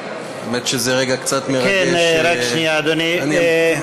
האמת, זה רגע קצת מרגש, כן, רק שנייה, אדוני.